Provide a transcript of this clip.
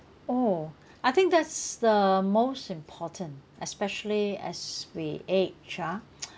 oh I think that's the most important especially as we age ah